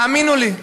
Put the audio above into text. האמינו לי,